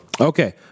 Okay